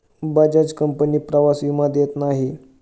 Bajaj company प्रवास विमा देत नाही